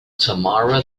tamara